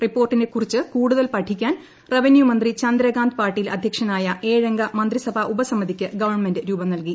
റിപ്പോർട്ടിനെക്കുറിച്ച് കൂടുതൽ പഠിക്കാൻ റവന്യൂ മന്ത്രി ചന്ദ്രകാന്ത് പാട്ടീൽ അധ്യക്ഷനായ ഏഴംഗ മന്ത്രിസഭാ ഉപസമിതിക്ക് ഗവൺമെന്റ് രൂപം നൽകി